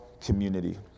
community